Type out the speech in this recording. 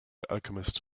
alchemist